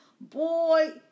Boy